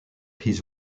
his